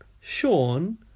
Sean